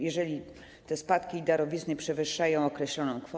Jeżeli te spadki i darowizny przewyższają określoną kwotę.